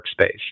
workspace